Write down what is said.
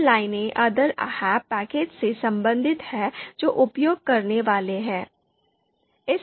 अन्य लाइनें other ahp 'package से संबंधित हैं जो उपयोग करने वाले हैं